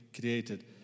created